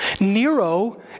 Nero